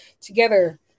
together